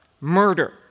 Murder